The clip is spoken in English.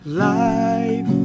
Life